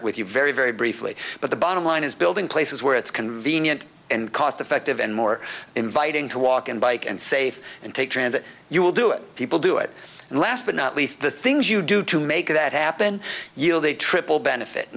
share with you very very briefly but the bottom line is building places where it's convenient and cost effective and more inviting to walk and bike and safe and take transit you will do it people do it and last but not least the things you do to make that happen yield a triple benefit